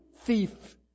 thief